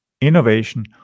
innovation